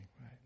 right